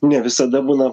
ne visada būna